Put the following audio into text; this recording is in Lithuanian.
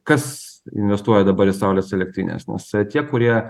kas investuoja dabarį saulės elektrines nes tie kurie